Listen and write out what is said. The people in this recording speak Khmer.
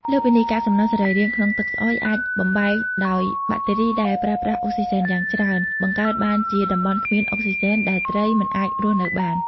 លើសពីនេះ កាកសំណល់សរីរាង្គក្នុងទឹកស្អុយអាចបំបែកដោយបាក់តេរីដែលប្រើប្រាស់អុកស៊ីហ្សែនយ៉ាងច្រើន បង្កើតបានជាតំបន់គ្មានអុកស៊ីហ្សែន ដែលត្រីមិនអាចរស់នៅបាន។